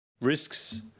Risks